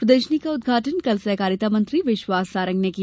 प्रदर्शनी का उद्घाटन कल सहकारिता मंत्री विश्वास सारंग ने किया